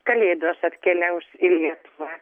kalėdos atkeliaus į lietuvą